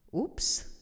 oops